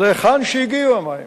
להיכן שהגיעו המים